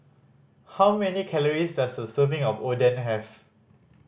how many calories does a serving of Oden have